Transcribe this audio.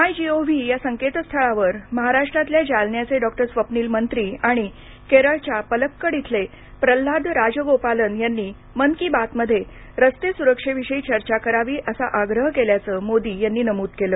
माय GOV या संकेतस्थळावर महाराष्ट्रातल्या जालन्याचे डॉक्टर स्वप्नील मंत्री आणि केरळच्या पलक्कड इथले प्रल्हाद राजगोपालन यांनी मन की बात मध्ये रस्ते सुरक्षेविषयी चर्चा करावी असा आग्रह केल्याचं मोदी नमूद केलं